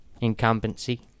incumbency